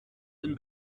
den